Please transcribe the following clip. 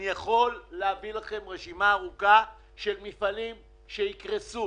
אני יכול להביא לכם רשימה ארוכה של מפעלים שיקרסו.